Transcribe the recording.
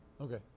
Okay